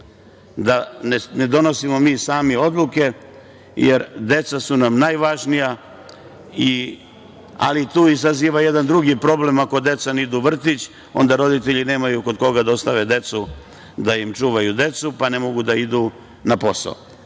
Da ne donosimo mi sami odluke jer deca su nam najvažnija ali tu se stvara jedan drugi problem, ako deca ne idu u vrtić onda roditelji nemaju kod koga da ostave decu da im čuvaju decu, pa ne mogu da idu na posao.